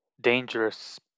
dangerous